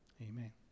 Amen